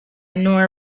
nor